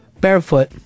barefoot